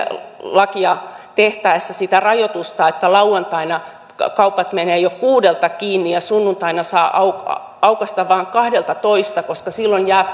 lakia tehtäessä sitä rajoitusta että lauantaina kaupat menevät jo kuudelta kiinni ja sunnuntaina saa aukaista aukaista vasta kahdeltatoista koska silloin jää